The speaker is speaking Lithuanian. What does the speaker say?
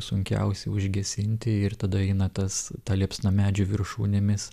sunkiausia užgesinti ir tada eina tas ta liepsna medžių viršūnėmis